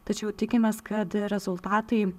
tačiau tikimės kad rezultatai